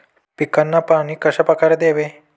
पिकांना पाणी कशाप्रकारे द्यावे?